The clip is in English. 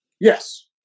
Yes